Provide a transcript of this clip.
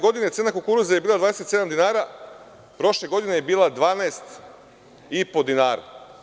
Godine 2012. cena kukuruza je bila 27 dinara, prošle godine je bila 12,5 dinara.